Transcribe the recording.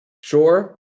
sure